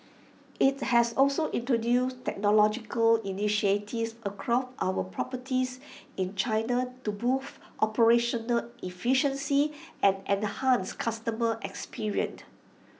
IT has also introduced technological initiatives across our properties in China to boost operational efficiency and enhance customer experienced